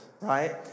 right